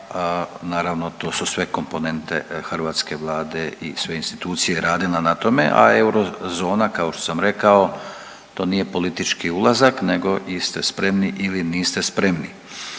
naravno to su sve komponente hrvatske Vlade i sve institucije radile na tome, a eurozona, kao što sam rekao, to nije politički ulazak nego ili ste spremni ili niste spremni.